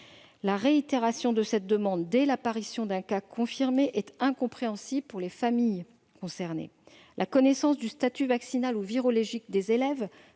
La réitération de cette demande dès l'apparition d'un cas confirmé est incompréhensible pour les familles concernées. La connaissance du statut vaccinal ou virologique des élèves